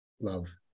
love